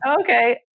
Okay